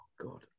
God